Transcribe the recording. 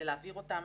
ולהעביר אותן